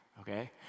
okay